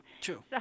True